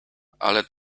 ale